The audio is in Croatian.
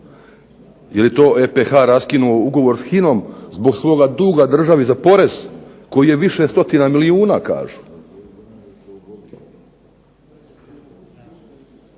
Je li to EPH raskinuo ugovor s HINA-om zbog svoga duga državi za porez koji je više stotina milijuna kažu.